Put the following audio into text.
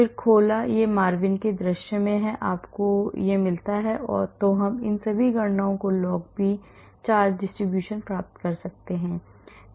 फिर खोला यह MARVIN के दृश्य में है इसलिए आपको यह मिलता है तो हम इन सभी गणनाओं को log p charge distribution प्राप्त कर सकते हैं